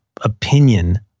opinion